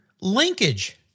Linkage